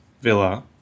villa